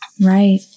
Right